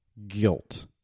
Guilt